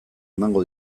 emango